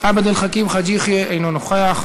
עבד אל חכים חאג' יחיא, אינו נוכח,